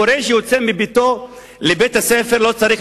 מורה שיוצא מביתו לבית-הספר לא צריך